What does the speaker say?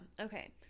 Okay